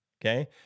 okay